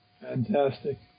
Fantastic